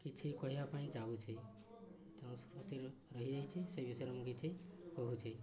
କିଛି କହିବା ପାଇଁ ଯାଉଛି ରହିଯାଇଛି ସେ ବିଷୟରେ ମୁଁ କିଛି କହୁଛି